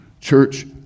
church